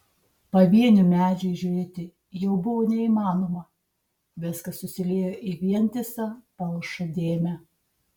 pavienių medžių įžiūrėti jau buvo neįmanoma viskas susiliejo į vientisą palšą dėmę